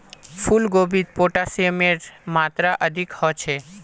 फूल गोभीत पोटेशियमेर मात्रा अधिक ह छे